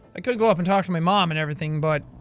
i could go up and talk to my mom and everything but.